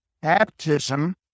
baptism